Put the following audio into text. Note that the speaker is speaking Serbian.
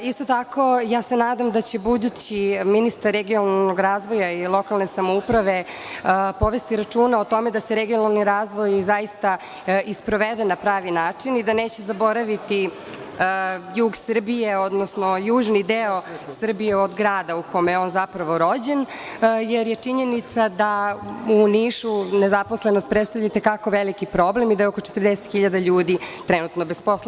Isto tako, nadam se da će budući ministar regionalnog razvoja i lokalne samouprave povesti računa o tome da se regionalni razvoj zaista i sprovede na pravi način i da neće zaboraviti jug Srbije, odnosno južni deo Srbije od grada, u kome je on zapravo rođen, jer je činjenica da u Nišu nezaposlenost predstavlja i te kako veliki problem i da je oko 40.000 ljudi trenutno bez posla.